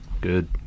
Good